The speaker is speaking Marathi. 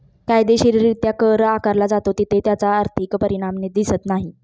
कायदेशीररित्या कर आकारला जातो तिथे त्याचा आर्थिक परिणाम दिसत नाही